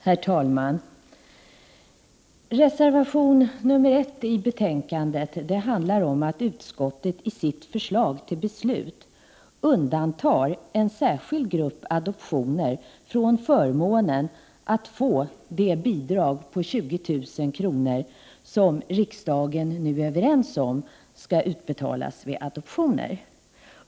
Herr talman! Reservation 1 handlar om att utskottet i sitt förslag till beslut undantar en särskild grupp adoptioner från förmånen att få det bidrag på 20 000 kr. som riksdagen nu är överens om skall utbetalas vid adoptioner.